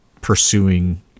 pursuing